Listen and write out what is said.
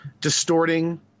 distorting